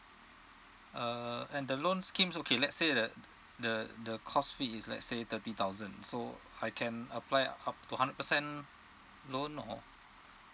uh and the loan scheme okay let's say that the the cost fee is like say thirty thousand so I can apply up to hundred percent loan or